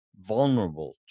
Vulnerable